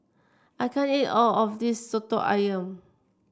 I can't eat all of this soto ayam